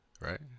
right